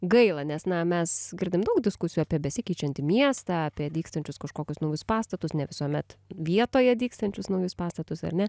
gaila nes na mes girdim daug diskusijų apie besikeičiantį miestą apie dygstančius kažkokius naujus pastatus ne visuomet vietoje dygstančius naujus pastatus ar ne